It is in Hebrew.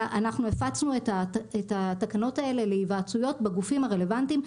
אנחנו הפצנו את התקנות האלה להיוועצויות בגופים הרלוונטיים.